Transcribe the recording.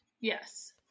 Yes